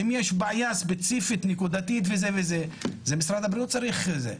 אם יש בעיה ספציפית נקודתית וזה וזה משרד הבריאות צריך לדאוג לזה.